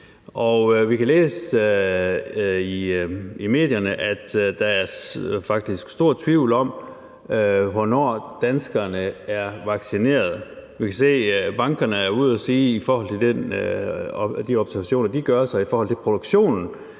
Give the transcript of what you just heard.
vi kan læse i medierne, at der faktisk er stor tvivl om, hvornår danskerne er vaccineret. Vi kan se, at bankerne er ude at sige i forhold til de observationer, de gør sig i forhold til produktionen